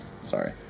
Sorry